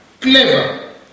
Clever